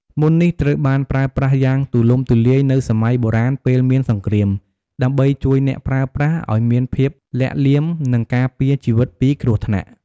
មន្តនេះត្រូវបានប្រើប្រាស់យ៉ាងទូលំទូលាយនៅសម័យបុរាណពេលមានសង្គ្រាម ដើម្បីជួយអ្នកប្រើប្រាស់ឲ្យមានភាពលាក់លៀម និងការពារជីវិតពីគ្រោះថ្នាក់។